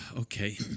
Okay